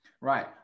right